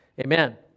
amen